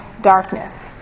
darkness